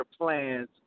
plans